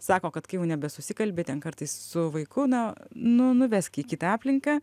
sako kad kai jau nebesusikalbi ten kartais su vaiku na nu nuvesk į kitą aplinką